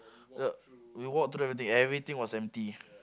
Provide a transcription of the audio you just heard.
ya we walk through everything everything was empty